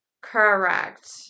correct